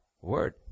word